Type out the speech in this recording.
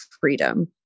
freedom